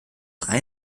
drei